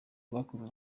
rwakozwe